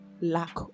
lack